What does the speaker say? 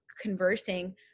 conversing